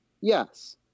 Yes